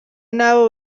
n’abo